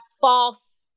false